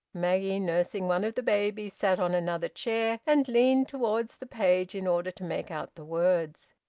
maggie, nursing one of the babies, sat on another chair, and leaned towards the page in order to make out the words.